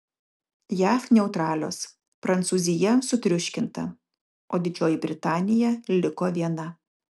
jav neutralios prancūzija sutriuškinta o didžioji britanija liko viena